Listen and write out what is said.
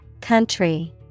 Country